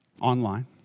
online